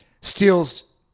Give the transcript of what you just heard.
steals